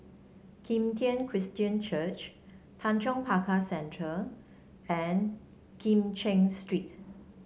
Kim Tian Christian Church Tanjong Pagar Centre and Kim Cheng Street